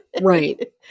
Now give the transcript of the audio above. right